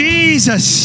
Jesus